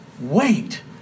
wait